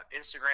Instagram